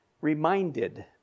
reminded